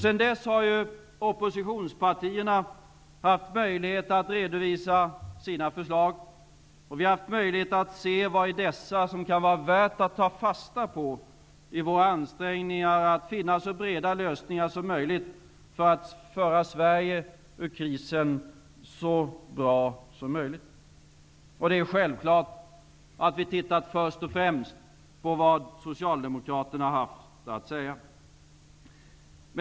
Sedan dess har oppositionspartierna haft möjlighet att redovisa sina förslag. Och vi har haft möjlighet att se vad i dessa som det kan vara värt att ta fasta på i våra ansträngningar att finna så breda lösningar som möjligt för att föra Sverige ur krisen så bra som möjligt. Det är självklart att vi först och främst har tittat på vad Socialdemokraterna har haft att säga.